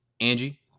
Angie